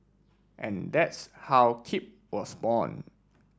and that's how Keep was born